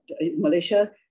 Malaysia